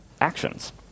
actions